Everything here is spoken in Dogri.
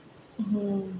हूं